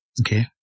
Okay